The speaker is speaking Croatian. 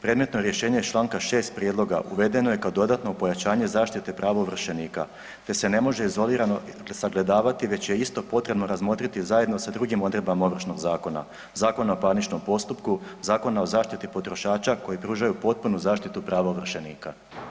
Predmetno rješenje iz čl. 6 prijedloga uvedeno je kao dodatno pojačanje zaštite prava ovršenika te se ne može izolirano sagledavati već je isto potrebno razmotriti zajedno sa drugim odredbama Ovršnog zakona, Zakona o parničnom postupku, Zakona o zaštiti potrošača koji pružaju potpunu zaštitu prava ovršenika.